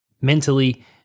mentally